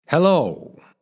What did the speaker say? Hello